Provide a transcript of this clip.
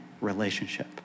relationship